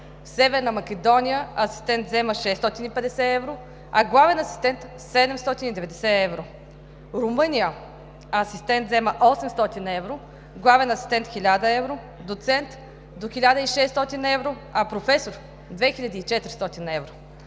в Северна Македония асистент взема 650 евро, а главен асистент – 790 евро. В Румъния асистент взема 800 евро, главен асистент – 1000 евро, доцент – до 1600 евро, а професор – 2400 евро.